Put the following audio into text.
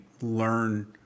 learn